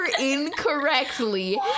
incorrectly